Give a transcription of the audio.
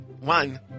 one